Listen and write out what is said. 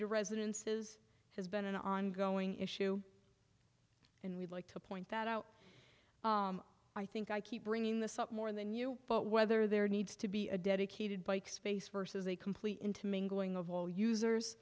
to residences has been an ongoing issue and we'd like to point that out i think i keep bringing this up more than you but whether there needs to be a dedicated bike space versus a complete into mingling of all users